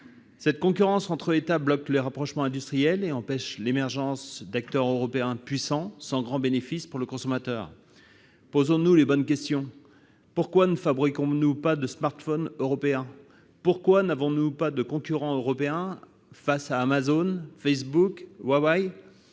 Cette concurrence entre États bloque les rapprochements industriels et empêche l'émergence d'acteurs européens puissants, sans grand bénéfice pour les consommateurs. Posons-nous les bonnes questions : pourquoi ne fabriquons-nous pas de smartphone européen ? Pourquoi n'avons-nous pas de concurrent européen face à Amazon, Facebook ou Huawei,